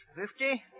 Fifty